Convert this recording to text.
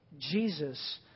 Jesus